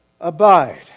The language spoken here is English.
Abide